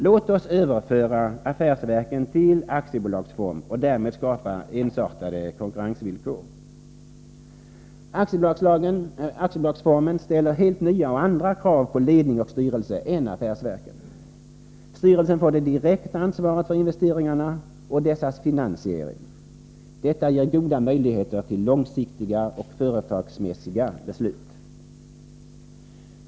Låt oss överföra affärsverken till aktiebolagsform och därmed skapa ensartade konkurrensvillkor! Aktiebolagsformen ställer helt nya och andra krav på ledning och styrelse än affärsverken. Styrelsen får det direkta ansvaret för investeringarna och dessas finansiering. Detta ger goda möjligheter till långsiktiga och företagsmässiga beslut.